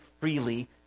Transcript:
freely